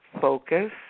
focus